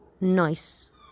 nice